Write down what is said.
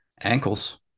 ankles